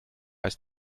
ist